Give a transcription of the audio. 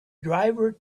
driver